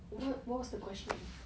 what what was the question